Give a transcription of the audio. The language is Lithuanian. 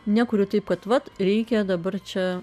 nekuriu taip pat reikia dabar čia